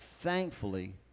thankfully